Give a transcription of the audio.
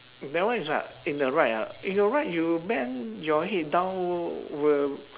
that one is what in the ride ah in your ride you bend your head down will